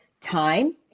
time